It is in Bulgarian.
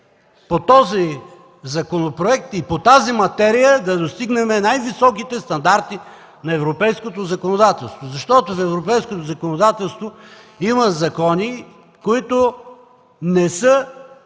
с този законопроект и по тази материя да достигнем най-високите стандарти на европейското законодателство? Защото в европейското законодателство има закони, които не са